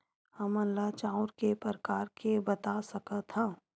हमन ला चांउर के प्रकार बता सकत हव?